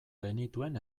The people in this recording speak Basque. genituen